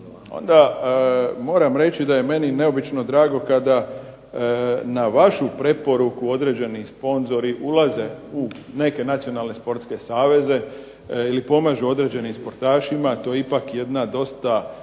onda moram reći da je meni neobično drago kada na vašu preporuku određeni sponzori ulaze u neke nacionalne sportske saveze ili pomažu određenim sportašima. To je ipak jedna dosta